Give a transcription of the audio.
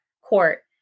Court